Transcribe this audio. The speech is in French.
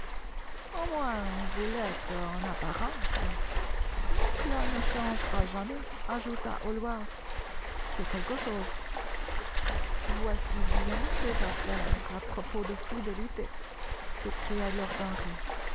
au moins vous l'êtes en apparence mais cela ne changera jamais ajouta hallward c'est quelque chose voici bien des affaires à propos de fidélité s'écria lord henry